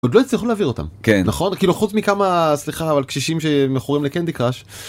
עוד לא יצטרכו להעביר אותם כן נכון כאילו חוץ מכמה סליחה אבל קשישים שמכורים לקנדי קראש.